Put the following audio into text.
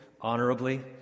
honorably